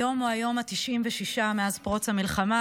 היום הוא היום ה-96 מאז פרוץ המלחמה,